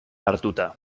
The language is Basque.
hartuta